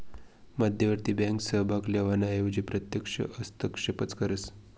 मध्यवर्ती बँक सहभाग लेवाना एवजी प्रत्यक्ष हस्तक्षेपच करस